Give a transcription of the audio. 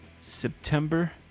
September